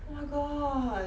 oh my god